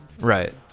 Right